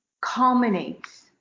culminates